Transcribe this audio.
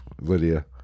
Lydia